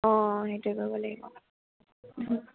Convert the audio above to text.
অঁ সেইটোৱে কৰিব লাগিব